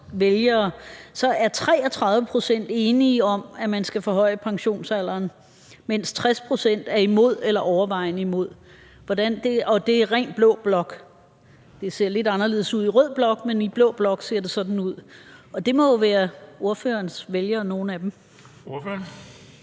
vælgere, er 30 pct. enige i, at man skal forhøje pensionsalderen, mens 60 pct. er imod eller overvejende imod – og det handler kun om blå bloks vælgere. Det ser lidt anderledes ud i rød blok, men i blå blok ser det sådan ud, og nogle af dem må jo være ordførerens vælgere. Kl. 16:26 Den